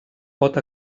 pot